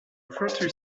forty